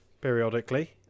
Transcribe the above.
periodically